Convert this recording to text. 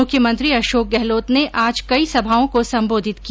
मुख्यमंत्री अशोक गहलोत ने आज कई सभाओं को संबोधित किया